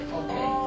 okay